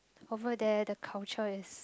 over there the culture is